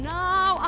now